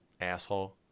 asshole